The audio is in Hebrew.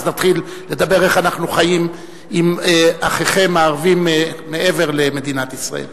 אז נתחיל לדבר איך אנחנו חיים עם אחיכם הערבים מעבר למדינת ישראל.